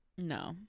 No